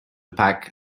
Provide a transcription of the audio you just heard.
pack